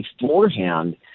beforehand